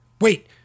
wait